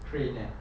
crane eh